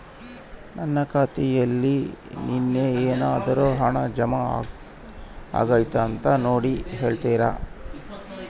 ನನ್ನ ಖಾತೆಯಲ್ಲಿ ನಿನ್ನೆ ಏನಾದರೂ ಹಣ ಜಮಾ ಆಗೈತಾ ಅಂತ ನೋಡಿ ಹೇಳ್ತೇರಾ?